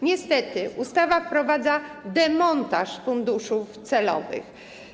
Niestety, ustawa wprowadza demontaż funduszów celowych.